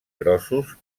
grossos